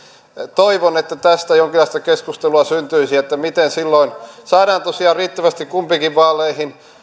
toivon että tästä jonkinlaista keskustelua syntyisi miten silloin saadaan tosiaan riittävästi kumpiinkin vaaleihin